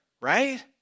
right